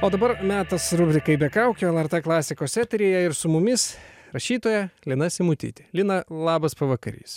o dabar metas rubrikai be kaukių lrt klasikos eteryje ir su mumis rašytoja lina simutytė lina labas pavakarys